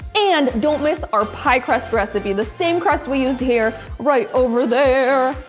and don't miss our pie crust recipe. the same crust we used here, right over there.